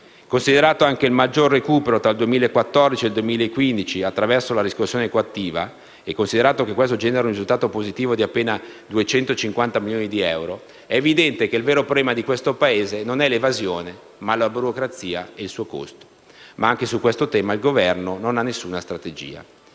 Considerato che il maggiore recupero tra il 2014 e il 2015, attraverso la riscossione coattiva, genera un risultato positivo di appena 250 milioni di euro, è evidente che il vero problema di questo Paese non è l'evasione ma la burocrazia e il suo costo. Anche su questo tema, però, il Governo non ha alcuna strategia.